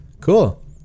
Cool